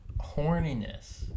horniness